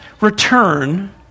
return